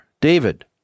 David